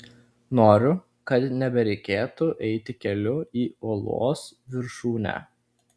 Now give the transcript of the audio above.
noriu kad nebereikėtų eiti keliu į uolos viršūnę